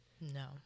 No